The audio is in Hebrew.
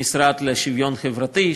המשרד לשוויון חברתי,